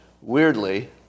weirdly